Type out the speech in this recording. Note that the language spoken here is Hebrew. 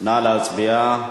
נא להצביע.